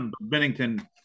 Bennington